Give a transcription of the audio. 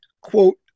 quote